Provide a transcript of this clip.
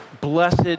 Blessed